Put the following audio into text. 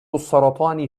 السرطان